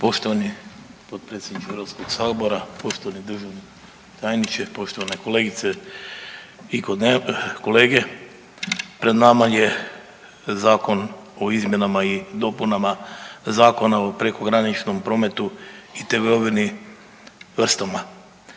Poštovani potpredsjedniče HS, poštovani državni tajniče, poštovane kolegice i kolege. Pred nama je Zakon o izmjenama i dopunama Zakona o prekograničnom prometu i trgovini vrstama.